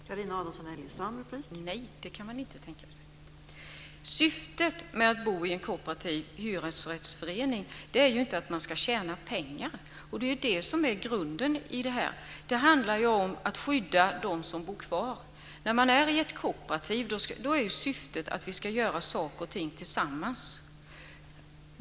Fru talman! Nej, det kan man inte tänka sig. Syftet med att bo i en kooperativ hyresrättsförening är inte att tjäna pengar. Det är grunden i detta. Det handlar om att skydda dem som bor kvar. Syftet med ett kooperativ är att göra saker och ting tillsammans.